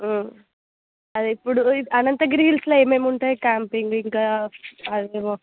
అదే ఇప్పుడు అనంతగిరి హిల్స్లో ఏమేమి ఉంటాయి క్యాంపింగు ఇంకా అది ఏమో